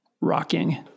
Rocking